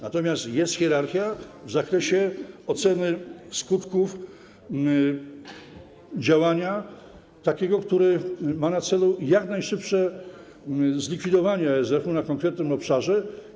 Natomiast jest hierarchia w zakresie oceny skutków działania, które ma na celu jak najszybsze zlikwidowanie ASF-u na konkretnym obszarze.